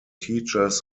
teachers